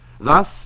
Thus